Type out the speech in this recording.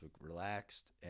relaxed